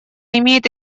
имеет